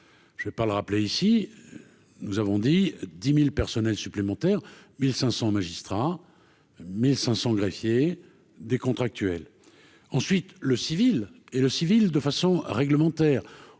j'ai pas le rappeler ici, nous avons dit 10000 personnels supplémentaires 1500 magistrats, 1500 greffiers des contractuels, ensuite le civil et le civil de façon réglementaire,